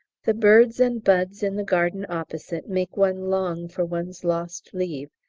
the birds and buds in the garden opposite make one long for one's lost leave,